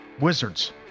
Wizards